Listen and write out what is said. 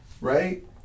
right